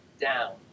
down